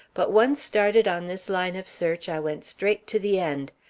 but once started on this line of search, i went straight to the end.